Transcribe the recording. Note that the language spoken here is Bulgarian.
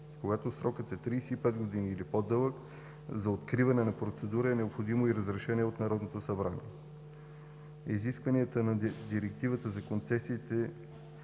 когато срокът е 35 години или по-дълъг, за откриване на процедурата е необходимо и разрешение от Народното събрание. Изискванията на Директивата за концесиите